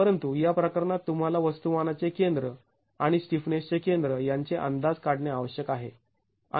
परंतु या प्रकरणात तुम्हाला वस्तुमानाचे केंद्र आणि स्टिफनेसचे केंद्र यांचे अंदाज काढणे आवश्यक आहे